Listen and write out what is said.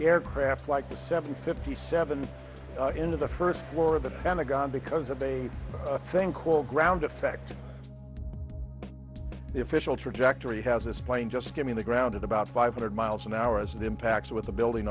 aircraft like the seven fifty seven into the first floor of the pentagon because of a thing called ground effect efficient trajectory has this plane just skimming the ground at about five hundred miles an hour as it impacts with the building